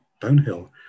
downhill